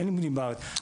אין לימודים בארץ,